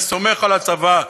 אני סומך על הצבא,